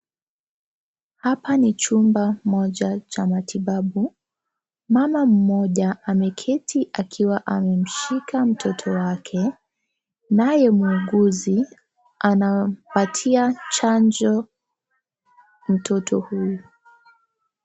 Hapa ni chumba moja cha matibabu. Mama mmoja ameketi akiwa amemshika mtoto wake. Naye muuguzi, anampatia chanjo mtoto huyu.